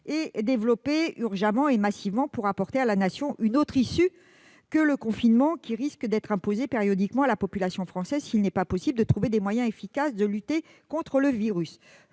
et développées urgemment et massivement. Il s'agit d'apporter à la nation une autre issue que le confinement, qui risque d'être imposé périodiquement à la population française s'il n'est pas possible de trouver des moyens efficaces de lutter contre le virus.